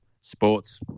sports